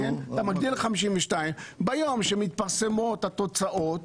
ביום שמתפרסמות התוצאות,